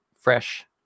fresh